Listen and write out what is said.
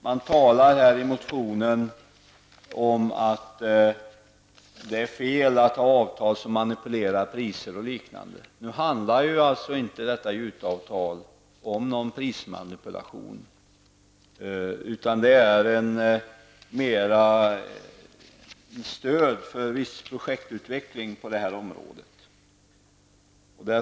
Man talar i motionen om att det är fel att genom avtal manipulera priser och liknande. Nu innebär inte detta juteavtal någon manipulation av priser, utan avtalet innebär mera ett stöd för viss projektutveckling när det gäller detta område.